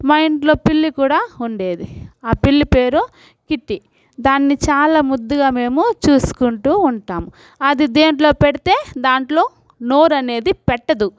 మా ఇంట్లో పిల్లి కూడా ఉండేది ఆ పిల్లి పేరు కిట్టీ దాన్ని చాలా ముద్దుగా మేము చూసుకుంటూ ఉంటాం అది దేంట్లో పెడితే దాంట్లో నోరనేది పెట్టదు